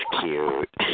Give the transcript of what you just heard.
cute